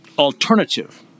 Alternative